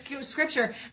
scripture